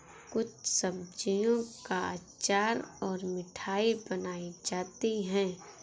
कुछ सब्जियों का अचार और मिठाई बनाई जाती है